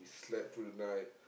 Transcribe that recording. slept through the night